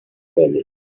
belly